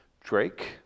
Drake